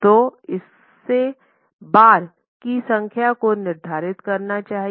तो इससे बार की संख्या को निर्धारित करना चाहिए